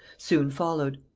soon followed.